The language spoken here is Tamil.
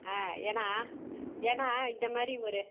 ஆ ஏன்னால் ஏன்னால் இந்த மாதிரி ஒரு